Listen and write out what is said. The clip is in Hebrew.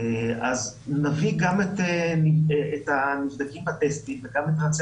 אז נביא גם את הנבדקים בטסטים וגם את רצי